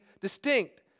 distinct